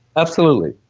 absolutely.